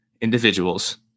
individuals